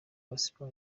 gospel